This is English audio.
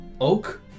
oak